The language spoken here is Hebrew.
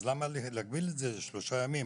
אז למה להגביל לשלושה ימים?